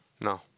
No